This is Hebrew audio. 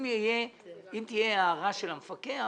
אם תהיה הערה של המפקח,